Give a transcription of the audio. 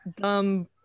Dumb